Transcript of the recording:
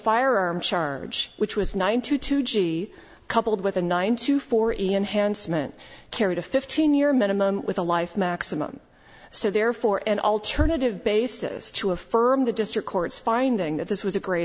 charge which was nine to two g coupled with a nine to four in hand cement carried a fifteen year minimum with a life maximum so therefore an alternative basis to affirm the district court's finding that this was a great